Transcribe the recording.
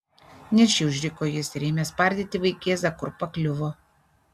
niršiai užriko jis ir ėmė spardyti vaikėzą kur pakliuvo